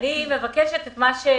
אני מבקשת את מה שחברנו,